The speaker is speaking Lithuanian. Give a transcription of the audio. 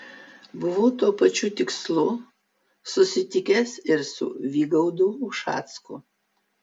buvau tuo pačiu tikslu susitikęs ir su vygaudu ušacku